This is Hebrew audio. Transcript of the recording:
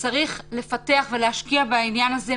הוא מנוגד גם לפסיקה ולחוות הדעת של היועץ המשפטי לממשלה בעניין הזה.